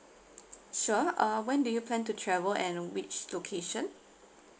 sure uh when do you plan to travel and which location